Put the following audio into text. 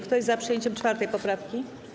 Kto jest za przyjęciem 4. poprawki?